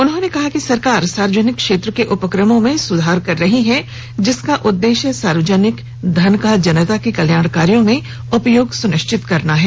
उन्होंने कहा कि सरकार सार्वजनिक क्षेत्र के उपक्रमों में सुधार कर रही है जिसका उद्देश्य सार्वजनिक धन का जनता के कल्याण कार्यो में उपयोग सुनिश्चित करना है